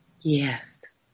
Yes